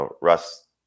Russ